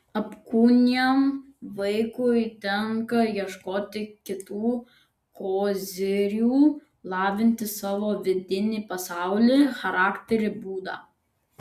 apkūniam vaikui tenka ieškoti kitų kozirių lavinti savo vidinį pasaulį charakterį būdą